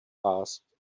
asked